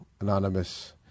Anonymous